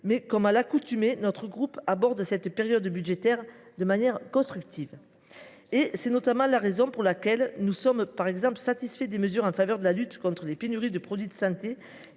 Comme à l’accoutumée, notre groupe aborde cette période budgétaire de manière constructive. Pour cette raison, nous sommes par exemple satisfaits des mesures en faveur de la lutte contre les pénuries de produits de santé